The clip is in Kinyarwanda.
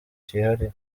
cyihariye